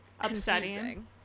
upsetting